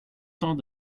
tant